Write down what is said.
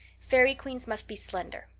fairy queens must be slender.